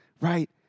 right